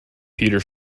peter